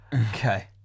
Okay